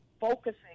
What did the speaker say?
focusing